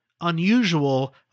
unusual